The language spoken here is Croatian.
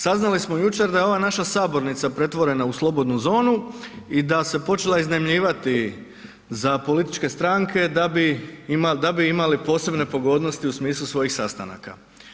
Saznali smo jučer da je ova naša sabornica pretvorena u slobodnu zonu i da se počela iznajmljivati za političke stranke da bi imali, da bi imali posebne pogodnosti u smislu svojih sastanaka.